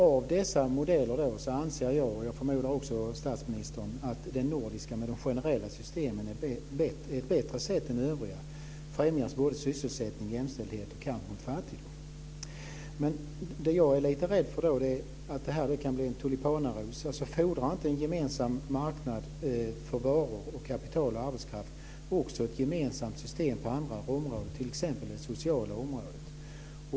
Av dessa modeller anser jag - och jag förmodar också statsministern - att den nordiska med generella system är bättre än övriga när det gäller främjande av sysselsättning och jämställdhet och kamp mot fattigdom. Jag är lite rädd för att det här kan bli en tulipanaros. Fordrar inte en gemensam marknad för varor, kapital och arbetskraft också ett gemensamt system på andra områden, t.ex. det sociala området?